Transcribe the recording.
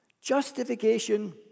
Justification